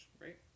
right